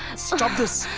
stop this.